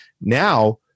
Now